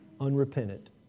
unrepentant